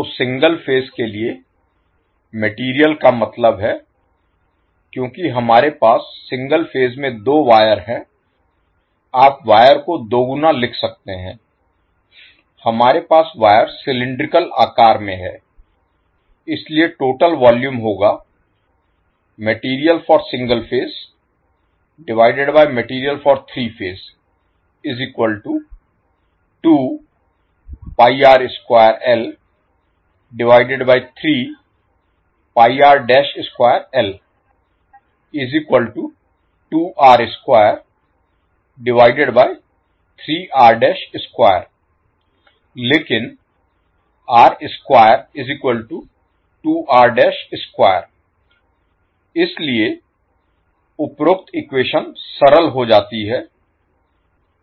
तो single phase के लिए मटेरियल का मतलब है क्योंकि हमारे पास सिंगल फेज में दो वायर हैं आप वायर का दोगुना लिख सकते हैं हमारे पास वायर सिलिंड्रिकल आकार में है इसलिए टोटल वॉल्यूम होगा लेकिन इसलिए उपरोक्त इक्वेशन सरल हो जाती है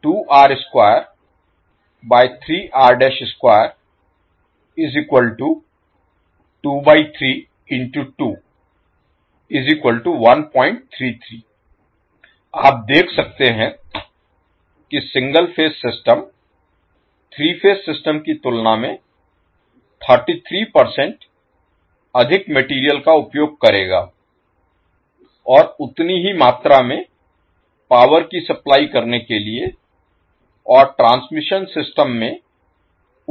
आप देख सकते हैं कि single phase system 3 phase system की तुलना में 33 अधिक मटेरियल का उपयोग करेगा और उतनी ही मात्रा में पावर की सप्लाई करने के लिए और ट्रांसमिशन सिस्टम में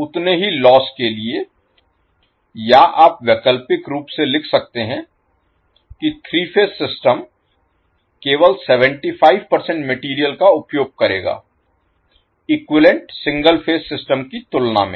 उतने ही लोस्स के लिए या आप वैकल्पिक रूप से लिख सकते हैं कि 3 फेज सिस्टम केवल 75 मटेरियल का उपयोग करेगा इक्विवैलेन्ट सिंगल फेज सिस्टम की तुलना में